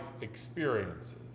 experiences